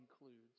includes